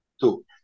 two